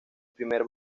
primer